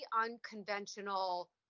unconventional